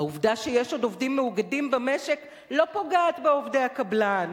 העובדה שיש עוד עובדים מאוגדים במשק לא פוגעת בעובדי הקבלן,